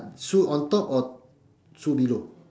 sue on top or sue below